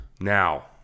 Now